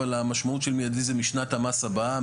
אבל המשמעות של מידי זה משנת המס הבאה,